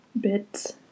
bits